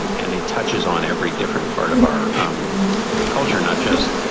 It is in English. um and it touches on every different part of our um culture, not just,